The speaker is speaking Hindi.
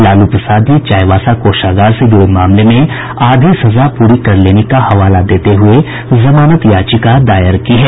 लालू प्रसाद ने चाईबासा कोषागार से जुड़े मामले में आधी सजा पूरी कर लेने का हवाला देते हुए उच्च न्यायालय में जमानत याचिका दायर की है